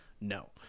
no